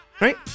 Right